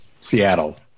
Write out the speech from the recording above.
Seattle